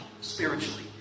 spiritually